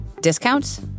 discounts